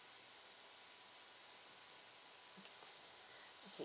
okay